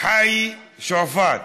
חאי שועפאט,